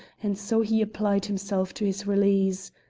and so he applied himself to his release.